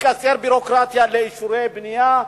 לקצר ביורוקרטיה לאישורי בנייה,